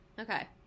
okay